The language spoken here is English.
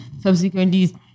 subsequently